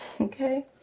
Okay